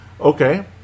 Okay